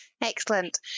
Excellent